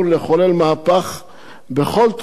בכל תחום הטלפונים בבתי-הסוהר.